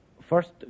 first